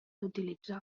utilitzar